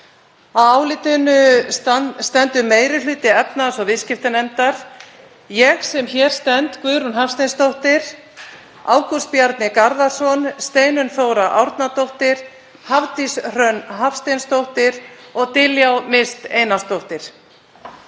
álitinu stendur meiri hluti efnahags- og viðskiptanefndar; ég sem hér stend, Guðrún Hafsteinsdóttir, Ágúst Bjarni Garðarsson, Steinunn Þóra Árnadóttir, Hafdís Hrönn Hafsteinsdóttir og Diljá Mist Einarsdóttir.